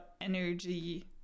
energy